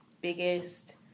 biggest